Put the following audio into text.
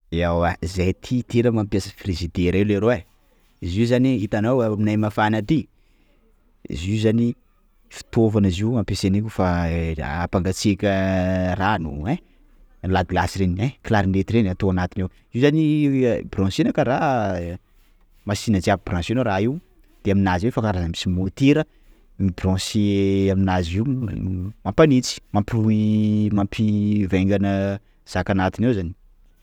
Ewa zay aty tena mampiasa frizidera io leroa e! _x000D_ Izy io zany hitanao aminay mafana aty, izy io zany fitaovana izy io ampiasanay kôfa hampangatsiaka rano, ein, la glace reny, ein! clarinette reny, atao anatiny ao izy io zany branche-na kara machine jiaby branche-nao raha io, de aminazy io misy raha kara misy motera m-branché aminazy io mampanitsy mamp- mampivaingana zaka anatiny ao zany.